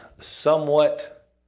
somewhat